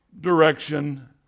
direction